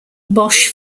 bosch